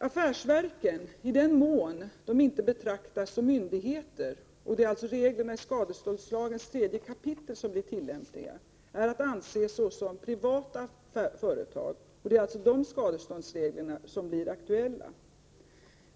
Affärsverken — i den mån de inte betraktas som myndigheter och det är reglerna i 3 kap. skadeståndslagen som är tillämpliga — är att anse såsom privata företag. Det är alltså dessa skadeståndsregler som blir aktuella.